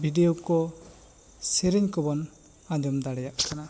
video ᱠᱚ ᱥᱮᱨᱮᱧ ᱠᱚ ᱵᱚᱱ ᱟᱸᱡᱚᱢ ᱫᱟᱲᱮᱭᱟᱜ ᱠᱟᱱᱟ